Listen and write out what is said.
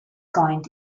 kind